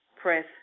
press